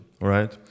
right